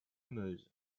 meuse